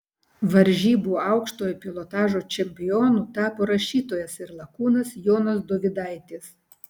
varžybų aukštojo pilotažo čempionu tapo rašytojas ir lakūnas jonas dovydaitis